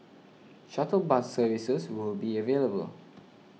shuttle bus services will be available